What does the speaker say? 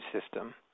system